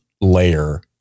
layer